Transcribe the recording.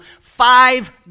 five